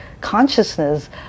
consciousness